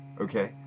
Okay